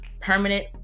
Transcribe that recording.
permanent